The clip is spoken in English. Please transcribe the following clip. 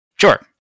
Sure